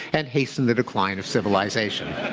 and hasten the decline of civilization.